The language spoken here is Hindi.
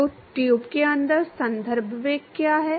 तो ट्यूब के अंदर संदर्भ वेग क्या है